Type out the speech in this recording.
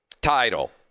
title